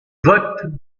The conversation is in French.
vote